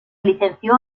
licenció